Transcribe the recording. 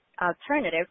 alternative